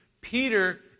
Peter